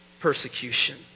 persecution